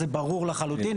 זה ברור לחלוטין,